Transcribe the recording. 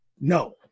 no